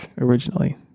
originally